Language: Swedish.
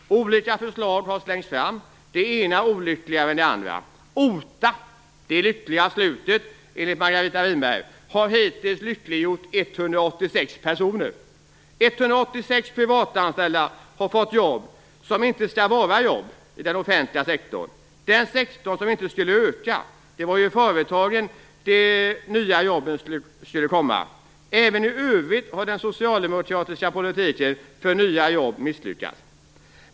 Olika förslag har slängts fram, det ena olyckligare än det andra. OTA - det lyckliga slutet, enligt Margareta Winberg - har hittills lyckliggjort 186 personer. 186 privatanställda har fått jobb som inte skall vara jobb i den offentliga sektorn. Det var den sektorn som inte skulle öka. Det var ju i företagen de nya jobben skulle komma. Även i övrigt har den socialdemokratiska politiken för nya jobb misslyckats.